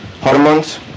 hormones